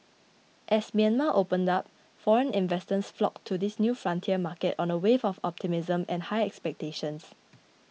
as Myanmar opened up foreign investors flocked to the new frontier market on a wave of optimism and high expectations